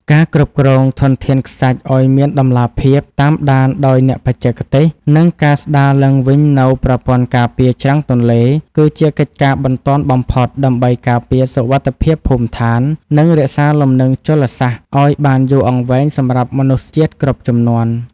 ការគ្រប់គ្រងធនធានខ្សាច់ឱ្យមានតម្លាភាព តាមដានដោយអ្នកបច្ចេកទេស និងការស្តារឡើងវិញនូវប្រព័ន្ធការពារច្រាំងទន្លេ គឺជាកិច្ចការបន្ទាន់បំផុតដើម្បីការពារសុវត្ថិភាពភូមិឋាន និងរក្សាលំនឹងជលសាស្ត្រឱ្យបានយូរអង្វែងសម្រាប់មនុស្សជាតិគ្រប់ជំនាន់។